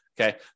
Okay